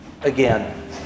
again